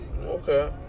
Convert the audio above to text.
Okay